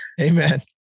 Amen